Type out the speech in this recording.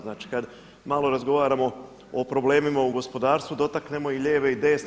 Znači, kad malo razgovaramo o problemima u gospodarstvu dotaknemo i lijeve i desne.